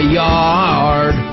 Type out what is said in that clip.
yard